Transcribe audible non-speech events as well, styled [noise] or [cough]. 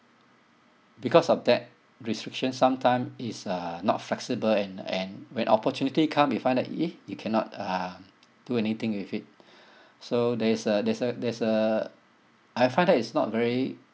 because of that restriction sometime it's uh not flexible and and when opportunity come you find that eh you cannot uh do anything with it [breath] so there is a there's a there's a I find that it's not very